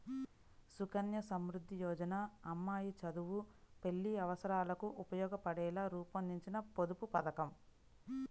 సుకన్య సమృద్ధి యోజన అమ్మాయి చదువు, పెళ్లి అవసరాలకు ఉపయోగపడేలా రూపొందించిన పొదుపు పథకం